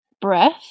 Breath